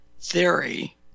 theory